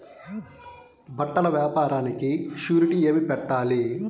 బట్టల వ్యాపారానికి షూరిటీ ఏమి పెట్టాలి?